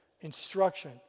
instruction